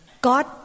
God